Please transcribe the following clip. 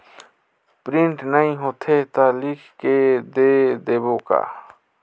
Print नइ होथे ता लिख के दे देबे का?